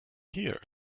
here